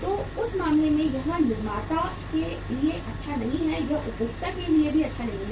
तो उस मामले में यह निर्माता के लिए अच्छा नहीं है यह उपभोक्ता के लिए भी अच्छा नहीं है